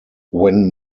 when